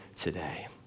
today